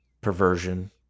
perversion